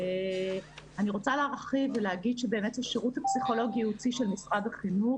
אני רוצה להרחיב ולומר שבאמת השירות הפסיכולוגי הייעוצי של משרד החינוך